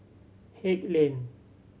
Haig Lane